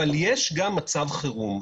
אבל יש גם מצב חירום.